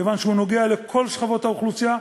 כיוון שהוא נוגע לכל שכבות האוכלוסייה,